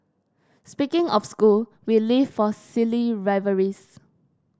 speaking of school we live for silly rivalries